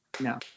No